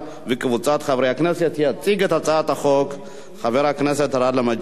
והיא תעבור לוועדת העבודה והרווחה להמשך